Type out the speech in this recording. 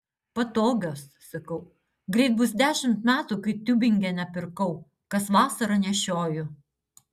patogios sakau greit bus dešimt metų kai tiubingene pirkau kas vasarą nešioju